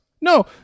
no